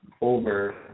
over